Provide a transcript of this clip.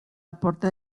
aporte